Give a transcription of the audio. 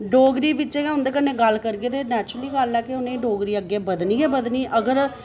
डोगरी बिच गै उं'दे कन्नै गल्ल करगे ते नेचूरल गल्ल ऐ कि उ'नेंगी डोगरी अग्गें बधनी गै बधनी अगर